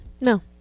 No